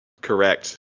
Correct